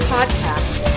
Podcast